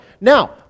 Now